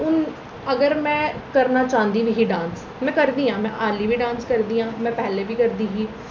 हून अगर में करना चांह्दी ही बी डांस में करी बी जाना हा हाल्ली बी डांस करदी आं में पैह्लें बी करदी ही